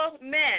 men